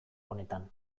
honetan